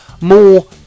more